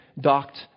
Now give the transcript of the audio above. docked